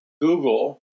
Google